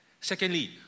Secondly